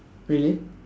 really